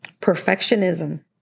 Perfectionism